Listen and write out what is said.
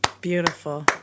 Beautiful